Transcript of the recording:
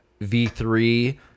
V3